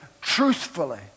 truthfully